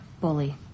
bully